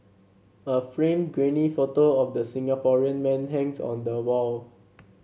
a framed grainy photo of the Singaporean man hangs on the wall